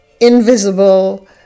invisible